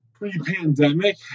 pre-pandemic